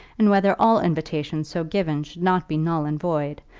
and whether all invitations so given should not be null and void,